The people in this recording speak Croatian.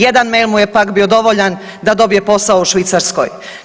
Jedan mail mu je pak bio dovoljan da dobije posao u Švicarskoj.